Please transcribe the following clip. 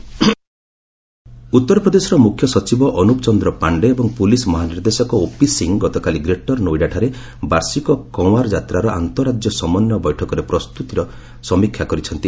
UP କାଉଡିଆ ଯାତ୍ରା ଉତ୍ତର ପ୍ରଦେଶର ମୁଖ୍ୟ ସଚିବ ଅନୁପ ଚନ୍ଦ୍ର ପାଣ୍ଡେ ଏବଂ ପୁଲିସ୍ ମହାନିର୍ଦ୍ଦେଶକ ଓପି ସିଂହ ଗତକାଲି ଗ୍ରେଟର୍ ନୋଇଡାଠାରେ ବାର୍ଷିକ କୱାଁର ଯାତ୍ରାର ଆନ୍ତଃ ରାଜ୍ୟ ସମନ୍ୱୟ ବୈଠକରେ ପ୍ରସ୍ତତିର ସମୀକ୍ଷା କରିଛନ୍ତି